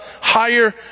higher